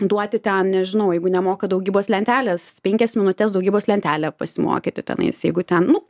duoti ten nežinau jeigu nemoka daugybos lentelės penkias minutes daugybos lentelę pasimokyti tenais jeigu ten nu